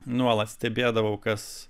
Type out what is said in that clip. nuolat stebėdavau kas